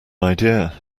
idea